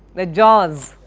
the jaws,